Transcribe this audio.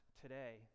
today